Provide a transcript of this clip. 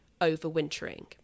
overwintering